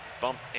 bumped